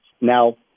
Now